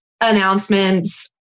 announcements